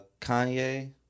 Kanye